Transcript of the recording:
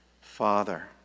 Father